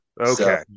Okay